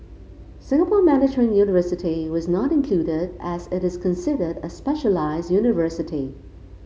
Singapore Management University was not included as it is considered a specialised university